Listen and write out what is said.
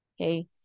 Okay